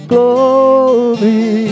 Glory